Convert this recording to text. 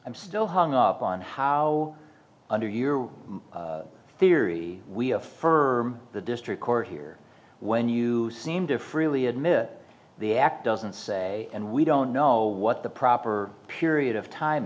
i'm still hung up on how under your theory we affirm the district court here when you seem to freely admit the act doesn't say and we don't know what the proper period of time